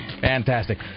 Fantastic